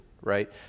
right